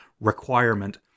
requirement